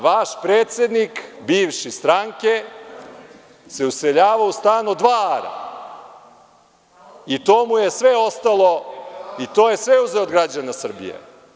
Vaš bivši predsednik stranke se useljavao u stan od dva ara i to mu je sve ostalo i to je sve uzeo od građana Srbije.